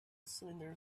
cylinder